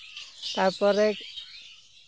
ᱛᱟᱨᱯᱚᱨᱮ